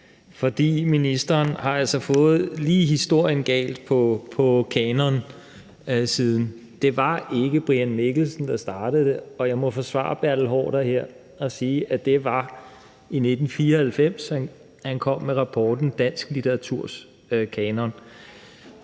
for ministeren har altså lige fået galt fat på historien i forhold til kanonsiden. Det var ikke Brian Mikkelsen, der startede det, og jeg må forsvare Bertel Haarder her og sige, at det var i 1994, han kom med rapporten »Dansk litteraturs kanon«.